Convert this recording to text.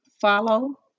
follow